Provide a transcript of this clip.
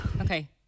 Okay